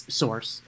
source